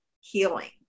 healing